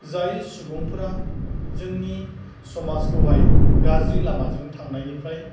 जाय सुबुंफोरा जोंनि समाजखौहाय गाज्रि लामाजों थांनायनिफ्राय